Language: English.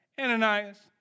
Ananias